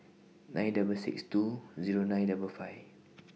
nine double six two Zero nine double five